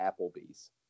Applebee's